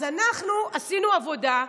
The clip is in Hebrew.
אז אנחנו עשינו עבודה,